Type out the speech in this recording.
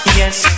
yes